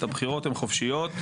הבחירות הן חופשיות.